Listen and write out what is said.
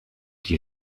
die